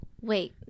Wait